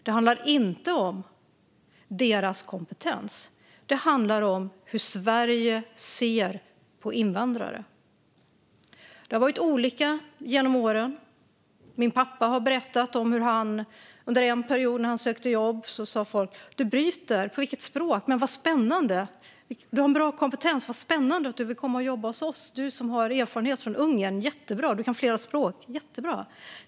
Det handlar inte om deras kompetens utan om hur Sverige ser på invandrare. Det har varit olika genom åren. Min pappa har berättat om hur folk under en period när han sökte jobb sa: Du bryter - på vilket språk? Men vad spännande! Du har en bra kompetens; vad spännande att du vill komma och jobba hos oss, du som har erfarenhet från Ungern. Du kan flera språk, jättebra!